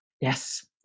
Yes